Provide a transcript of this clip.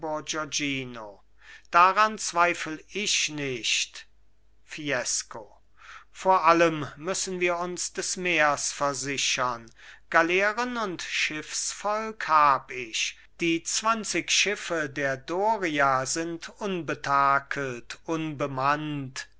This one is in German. bourgognino daran zweifl ich nicht fiesco vor allem müssen wir uns des meers versichern galeeren und schiffsvolk hab ich die zwanzig schiffe der doria sind unbetakelt unbemannt